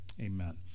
amen